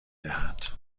دهد